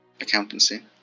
accountancy